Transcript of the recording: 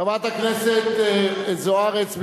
חברת הכנסת זוארץ,